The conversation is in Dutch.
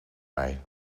mij